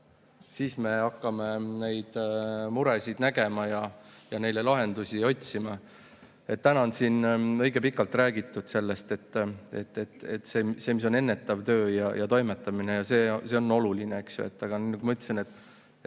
siis me hakkame neid muresid nägema ja neile lahendusi otsima. Täna on siin õige pikalt räägitud sellest, et see, mis on ennetav töö ja toimetamine, on oluline. Aga nagu